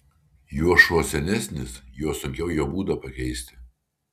juo šuo senesnis juo sunkiau jo būdą pakeisti